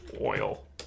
oil